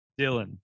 Dylan